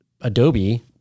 Adobe